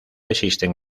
existen